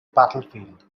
battlefield